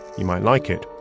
you might like it.